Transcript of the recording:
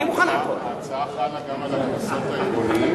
ההצעה חלה גם על הקנסות העירוניים?